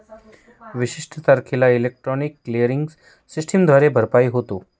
विशिष्ट तारखेला electronic clearing सिस्टमद्वारे भरपाई होते